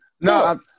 No